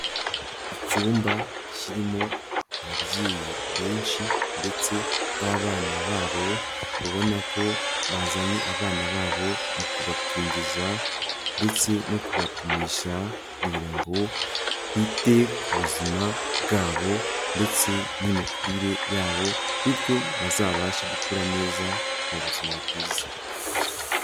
Icyumba kirimo ababyeyi benshi ndetse n'abana babo ubona ko bazanye abana babo mu kubakingiza ndetse no kubapimisha kugira ngo bite ku buzima bwabo, ndetse n'imikurire yabo, bityo bazabashe gukura neza mu buzima bwiza.